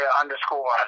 underscore